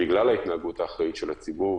בגלל ההתנהגות האחראית של הציבור.